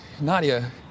Nadia